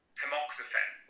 tamoxifen